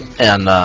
and